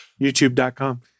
YouTube.com